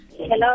Hello